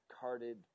carded